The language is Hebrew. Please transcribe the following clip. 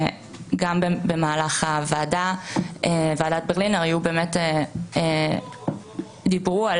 שגם במהלך דיוני ועדת ברלינר דיברו על